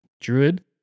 Druid